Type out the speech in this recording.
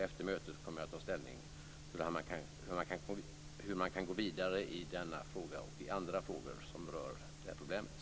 Efter mötet kommer jag att ta ställning till hur man kan gå vidare i denna fråga och i andra frågor som rör det här problemet.